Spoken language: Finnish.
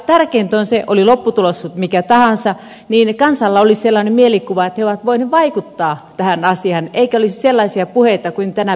tärkeintä on se oli lopputulos mikä tahansa että kansalla olisi sellainen mielikuva että he ovat voineet vaikuttaa tähän asiaan eikä olisi sellaisia puheita kuin tänä päivänä asiasta on